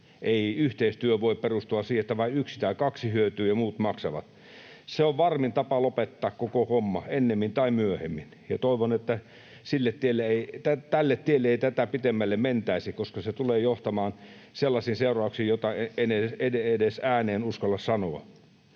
Ei yhteistyö voi perustua siihen, että vain yksi tai kaksi hyötyy ja muut maksavat. Se on varmin tapa lopettaa koko homma ennemmin tai myöhemmin, ja toivon, että tälle tielle ei tätä pidemmälle mentäisi, koska se tulee johtamaan sellaisiin seurauksiin, joita en edes ääneen uskalla sanoa.